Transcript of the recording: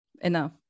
enough